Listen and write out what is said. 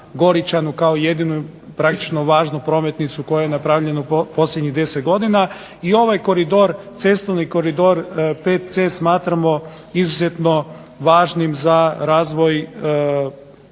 Goričanu, kao jedinu praktično važnu prometnicu koja je napravljena u posljednjih 10 godina. I ovaj koridor, cestovni koridor VC smatramo izuzetno važnim za razvoj